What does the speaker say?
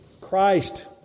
Christ